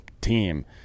team